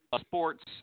Sports